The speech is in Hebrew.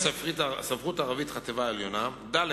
ספרות ערבית לחטיבה העליונה, ד.